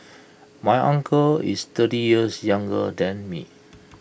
my uncle is thirty years younger than me